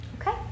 Okay